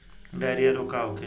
Diarrhoea रोग का होखे?